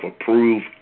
approved